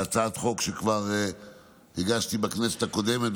זו הצעת חוק שכבר הגשתי בכנסת הקודמת,